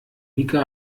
mika